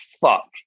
fuck